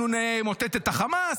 אנחנו נמוטט את חמאס.